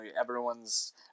everyone's